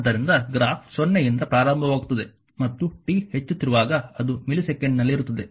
ಆದ್ದರಿಂದ ಗ್ರಾಫ್ 0 ಯಿಂದ ಪ್ರಾರಂಭವಾಗುತ್ತದೆ ಮತ್ತು t ಹೆಚ್ಚುತ್ತಿರುವಾಗ ಅದು ಮಿಲಿ ಸೆಕೆಂಡಿನಲ್ಲಿರುತ್ತದೆ